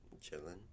chilling